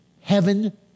heaven